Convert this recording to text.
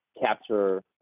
capture